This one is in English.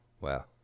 Wow